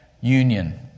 union